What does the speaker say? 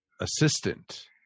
assistant